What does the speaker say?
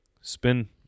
Spin